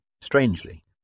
strangely